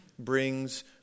Brings